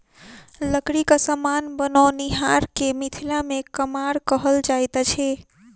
लकड़ीक समान बनओनिहार के मिथिला मे कमार कहल जाइत अछि